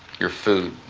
your food.